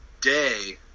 day